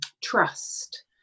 trust